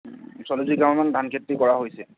চল্লিছ বিঘামান ধান খেতি কৰা হৈছে